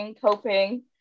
coping